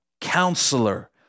Counselor